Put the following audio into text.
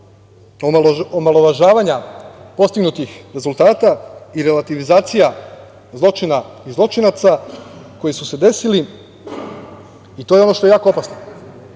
omalovažavanja postignutih rezultata i relativizacija zločina i zločinaca koji su se desili, i to je ono što je jako opasno.